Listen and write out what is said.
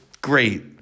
great